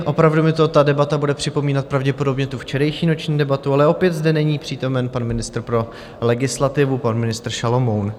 Opravdu mi ta debata bude připomínat pravděpodobně tu včerejší noční debatu, ale opět zde není přítomen pan ministr pro legislativu, pan ministr Šalomoun.